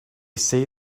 say